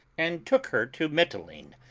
and took her to mitylene,